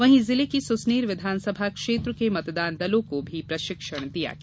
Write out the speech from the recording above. वहीं जिले की सुसनेर विधानसभा क्षेत्र के मतदान दलों को प्रशिक्षण दिया गया